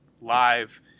live